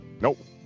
Nope